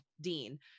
Dean